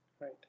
right